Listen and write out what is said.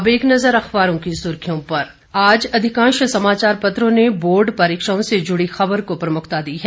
अब एक नजर अखबारों की सुर्खियों पर आज अधिकांश समाचार पत्रों ने बोर्ड परीक्षाओं से जुड़ी खबर को प्रमुखता दी है